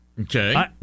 Okay